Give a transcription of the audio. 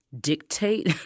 dictate